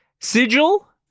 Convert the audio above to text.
sigil